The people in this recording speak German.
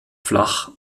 flach